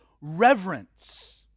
reverence